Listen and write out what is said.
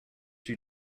you